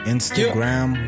Instagram